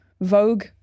Vogue